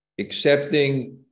Accepting